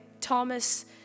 Thomas